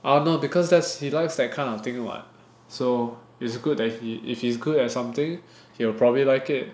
!huh! no because that's he likes that kind of thing [what] so it's good that if he's good at something he'll probably like it